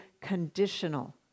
conditional